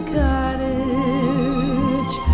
cottage